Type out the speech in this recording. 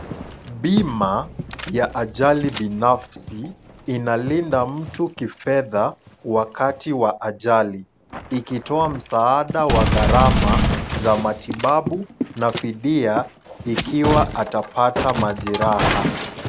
Bima ya ajali binafsi inalinda mtu kifedha wakati wa ajali, ikitoa msaada wa gharama za matibabu na fidia, ikiwa atapata majeraha.